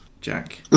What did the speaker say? Jack